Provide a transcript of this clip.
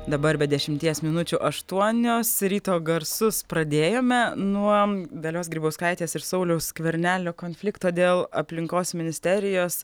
dabar be dešimties minučių aštuonios ryto garsus pradėjome nuo dalios grybauskaitės ir sauliaus skvernelio konflikto dėl aplinkos ministerijos